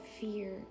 fear